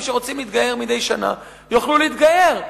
שרוצים להתגייר מדי שנה יוכלו להתגייר.